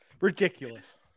ridiculous